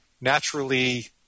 naturally